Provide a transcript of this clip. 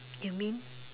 you mean